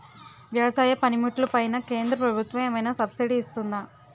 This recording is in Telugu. వ్యవసాయ పనిముట్లు పైన కేంద్రప్రభుత్వం ఏమైనా సబ్సిడీ ఇస్తుందా?